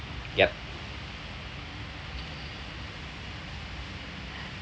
yup